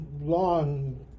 long